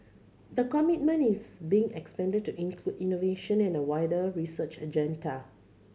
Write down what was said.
the commitment is being expanded to include innovation and a wider research agenda